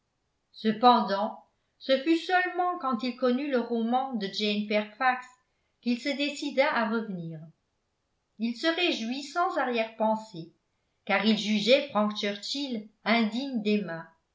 cependant ce fut seulement quand il connut le roman de jane fairfax qu'il se décida à revenir il se réjouit sans arrière-pensée car il jugeait frank churchill indigne d'emma